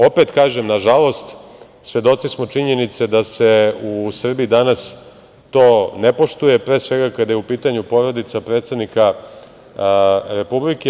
Opet kažem, nažalost, svedoci smo činjenice d se u Srbiji danas to ne poštuje, pre svega kada je u pitanju porodica predsednika Republike.